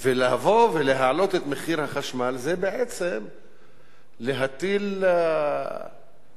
ולבוא ולהעלות את מחיר החשמל זה בעצם להטיל קיפאון,